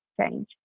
change